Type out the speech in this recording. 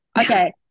Okay